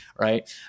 right